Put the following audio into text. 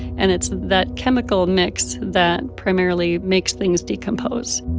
and it's that chemical mix that primarily makes things decompose